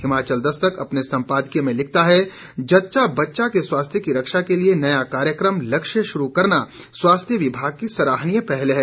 हिमाचल दस्तक अपने सम्पादकीय में लिखता है जच्चा बच्चा के स्वास्थ्य की रक्षा के लिये नया कार्यक्रम लक्ष्य शुरू करना स्वास्थ्य विभाग की सराहनीय पहल है